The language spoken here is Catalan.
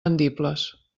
vendibles